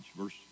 Verse